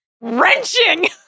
Wrenching